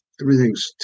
everything's